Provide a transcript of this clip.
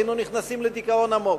היינו נכנסים לדיכאון עמוק.